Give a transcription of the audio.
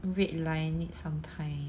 red line need some time